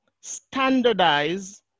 standardize